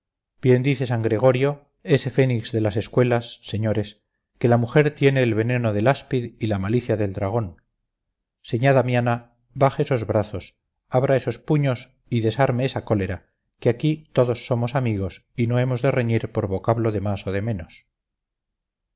bien dice san gregorio ese fénix de las escuelas señores que la mujer tiene el veneno del áspid y la malicia del dragón señá damiana baje esos brazos abra esos puños y desarme esa cólera que aquí todos somos amigos y no hemos de reñir por vocablo de más o de menos